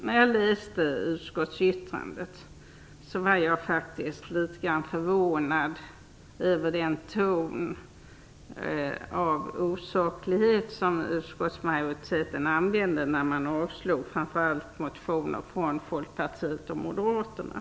När jag läste utskottsbetänkandet blev jag litet förvånad över den osakliga ton som utskottsmajoriteten använder när man avstyrker framför allt motioner från Folkpartiet och Moderaterna.